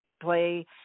play